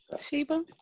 Sheba